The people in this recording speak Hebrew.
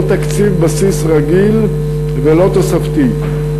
לא תקציב בסיס רגיל ולא תוספתי.